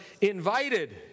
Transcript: invited